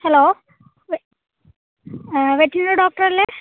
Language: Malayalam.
ഹലോ വെ വെറ്ററിനറി ഡോക്ടർ അല്ലേ